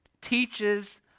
teaches